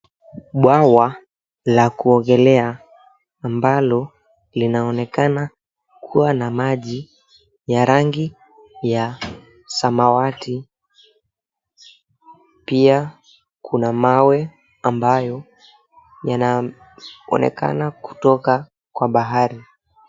Bwawa la kuogelea, ambalo linaonekana kuwa na maji, ya rangi ya samawati. Pia kuna mawe ambayo yanaonekana kutoka kwa bahari.